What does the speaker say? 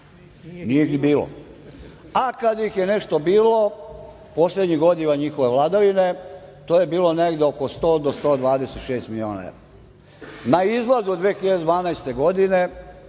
nije ih ni bilo, a kada ih je nešto bilo, poslednjih godina njihove vladavine, to je bilo negde oko 100, 126 miliona evra. Na izlazu 2012. godine